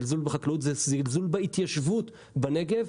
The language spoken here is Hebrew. זה זלזול בחקלאות, זלזול בהתיישבות בנגב.